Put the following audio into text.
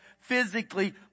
physically